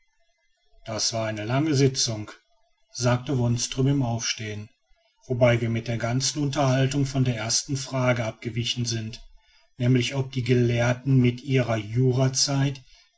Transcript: das war eine lange sitzung sagte wonström im aufstehen wobei wir mit der ganzen unterhaltung von der ersten frage abgewichen sind nämlich ob die gelehrten mit ihrer